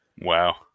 Wow